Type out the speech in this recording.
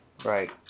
Right